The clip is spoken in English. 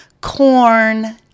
corn